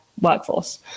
workforce